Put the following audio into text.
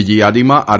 બીજી યાદીમાં આર